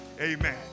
amen